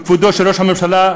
מכבודו של ראש הממשלה,